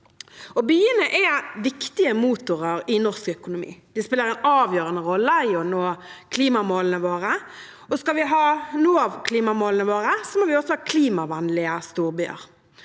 Byene er viktige motorer i norsk økonomi, de spiller en avgjørende rolle når det gjelder å nå klimamålene våre. Skal vi nå klimamålene våre, må vi også ha klimavennlige storbyer.